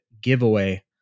giveaway